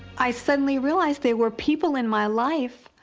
i suddenly realized they were people in my life